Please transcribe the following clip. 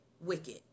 wicked